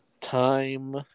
Time